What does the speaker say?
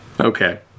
okay